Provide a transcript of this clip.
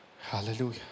hallelujah